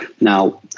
Now